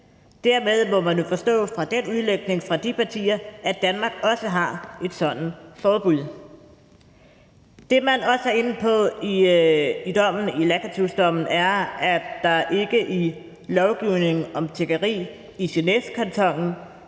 partier må man jo forstå, at Danmark også har et sådant forbud. Det, man også er inde på i Lacatusdommen, er, at der ikke i lovgivningen om tiggeri i Genèvekantonen